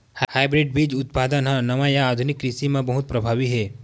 hybrid बीज उत्पादन हा नवा या आधुनिक कृषि मा बहुत प्रभावी हे